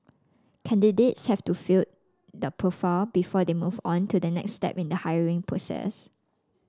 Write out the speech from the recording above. candidates have to fit the profile before they move on to the next step in the hiring process